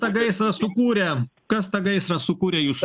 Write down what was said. tą gaisrą sukūrė kas tą gaisrą sukūrė jūsų